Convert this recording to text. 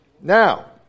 Now